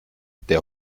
der